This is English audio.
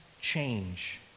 change